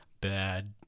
Bad